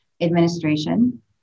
administration